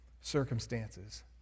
circumstances